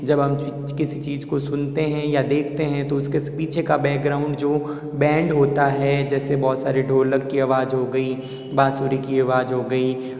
जब हम किसी चीज़ को सुनते हैं या देखते हैं तो उसके पीछे का बैकग्राउंड जो बैंड होता है जैसे बहुत सारे ढोलक की आवाज हो गयी बाँसुरी की आवाज हो गयी